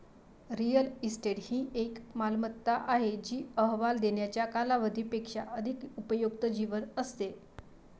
real estate ही एक मालमत्ता आहे जी अहवाल देण्याच्या कालावधी पेक्षा अधिक उपयुक्त जीवन असते